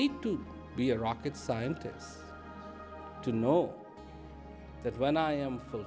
need to be a rocket scientist to know that when i am